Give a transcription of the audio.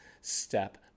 step